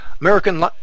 American